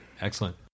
Excellent